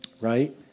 right